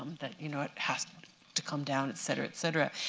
that you know it has to come down, et cetera, et cetera.